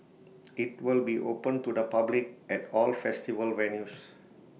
IT will be open to the public at all festival venues